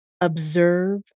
observe